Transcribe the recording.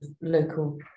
local